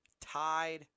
tied